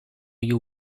you